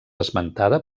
esmentada